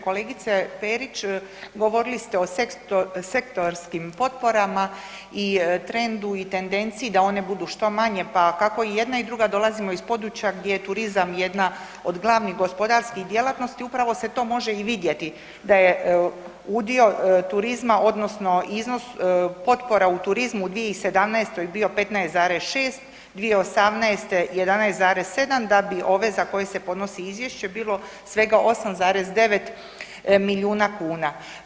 Kolegice Perić, govorili ste o sektorskim potporama i trendu i tendenciji da one budu što manje, pa kako i jedna i druga dolazimo iz područja gdje je turizam jedna od glavnih gospodarskih djelatnosti upravo se to može i vidjeti da je udio turizma odnosno iznos potpora u turizmu u 2017. bio 15,6, 2018. 11,7 da bi ove za koje se podnosi izvješće bilo svega 8,9 milijuna kuna.